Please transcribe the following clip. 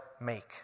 make